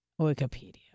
Wikipedia